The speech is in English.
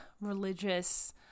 religious